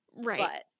Right